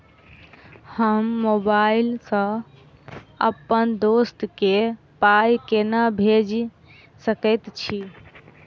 हम मोबाइल सअ अप्पन दोस्त केँ पाई केना भेजि सकैत छी?